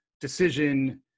decision